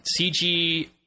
CG